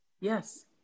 Yes